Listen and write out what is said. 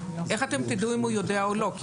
איך תדעו אם הוא יודע או לא?